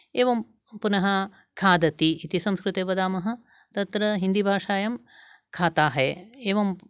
एवं पुनः खादति इति संस्कृते वदामः तत्र हिन्दीभाषायां खाता है एवं